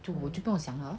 就就不要想 lor